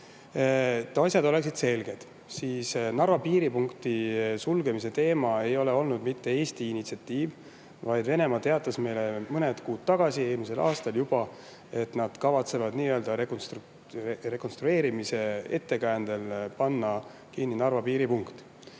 asjad oleksid selged: Narva piiripunkti sulgemise teema ei ole mitte Eesti initsiatiiv, vaid Venemaa teatas meile mõned kuud tagasi, juba eelmisel aastal, et nad kavatsevad rekonstrueerimise ettekäändel panna kinni [Ivangorodi] piiripunkti.